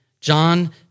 John